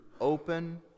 open